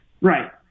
Right